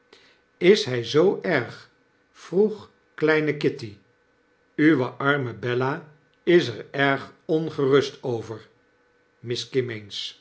ls hy zoo erg vroeg kleine kitty uwe arme bella is er erg ongerust over